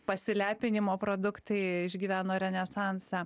pasilepinimo produktai išgyveno renesansą